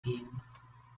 gehen